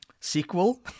Sequel